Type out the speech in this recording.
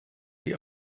die